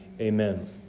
Amen